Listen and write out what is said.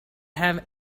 have